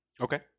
Okay